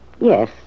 Yes